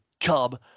Cub